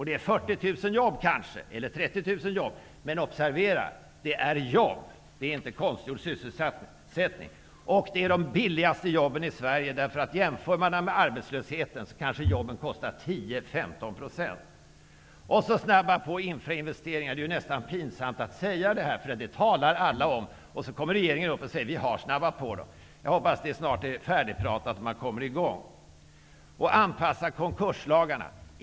Det är 40 000 eller 30 000 jobb. Men observera! Det är jobb, inte konstgjord sysselsättning. Det är de billigaste jobben i Sverige. Jämfört med arbetslösheten, kostar de jobben kanske 10--15 %. Snabba på infrainvesteringarna! Det är nästan pinsamt att säga det, därför att alla talar om det. Regeringen går upp och säger att man har snabbat på dem. Jag hoppas att det snart är färdigpratat och att de kommer i gång. Anpassa konkurslagarna!